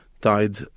died